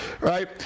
right